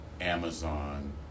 Amazon